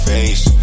Face